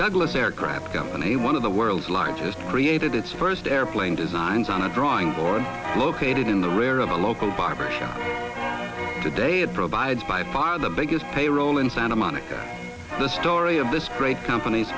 douglas aircraft company one of the world's largest created its first airplane designs on a drawing board located in the rear of a local barber shop today and provided by far the biggest payroll in santa monica the story of this great compan